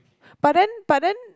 but then but then